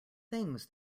things